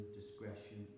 discretion